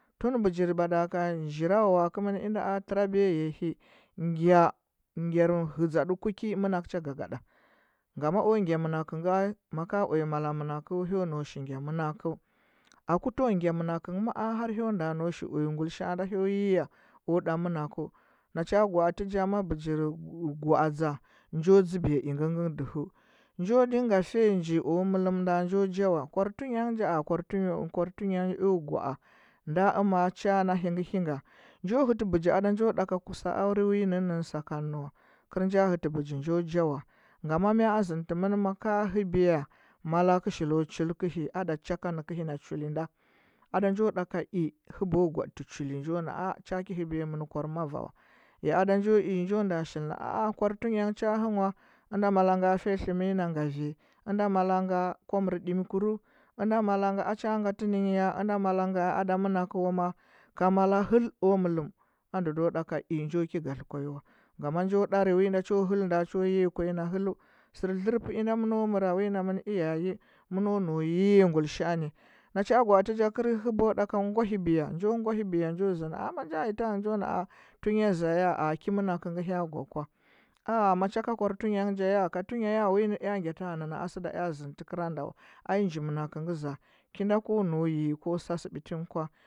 Tun bijir bada ka jwawawaa kɚmon inda a trabiya yahi ngya ngyar hɚdzade kuki mɚnakɚcha gagaɗa ngama o ngya mɚnakɚnga maka uya mala mɚnakɚu hyo nau shilngya mɚnakɚu aku to nayo mɚno kɚngɚ ma’a har hyo nda nau shil uya ngulishaa nda hyo yiya o ɗa mɚnakɚu nacha gwatɚja ma byir gwaadza njo dzɚbiya ingɚngɚ dɚhɚu nja dinga fe nji o mɚlɚmnɚa njo jawar kwar tunyang ja a kwartuny kwar tunyangɚ eo gwaa nda amacha nahingɚ hinga njo hɚtɚ biji nda njo ɗaka awre wi nɚnnɚnɚ sakan wa, kɚr nja hɚtɚ biji njo jawa. Ngama mya azɚndɚtɚmɚn maka hɚbiya malɚkɚ shilo chulkɚhi adaticha ka nɚkɚhna chuli nda ada njo ɗakai hɚba gwaɗɚtɚ chuli njo na a cha ki hɚbuyamɚn kwarmarwa war ya adanjo i njonda shilna aa kwar tunyangɚ cha hɚ nwa, ɚnda malanga fiya tlɚmɚnyi na ngari, ɚndɚ malanga kwa mɚr ɗimkuru, ɚndɚ malanga ada mɚnakɚwa ma? Ka mala hɚl o mɚlɚm andɚdo i njoki gatlɚ kwanyi wo ngama njo ɗari winda cho hɚlnda cho yiya kwanyi na hɚlu sɚr tlɚrpɚ indo mɚno mɚra wi nomɚn iyaye mɚno nau yiya ngulishaa ni nacha gwaati ja kɚr hɚbo ɗaka ngwakibiya, njo ngwahibiya njo zɚndi amma manja yi yanga njo na a tunyo zayaa ki mɚnakɚ ngɚ hya gwa kwa a macha ka kwar tunyangɚ jaya, ai ka tunya ja ya, winɚ ea ngya tanɚna, asɚda ea zɚndɚ tɚrkranda wa ai nji mɚnakɚngɚ za ki ndo ko nai yi ko satsɚ bitinkwa.